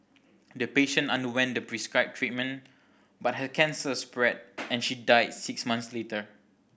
the patient underwent the prescribed treatment but her cancer spread and she died six months later